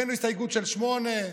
הבאנו הסתייגות של שמונה,